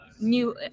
new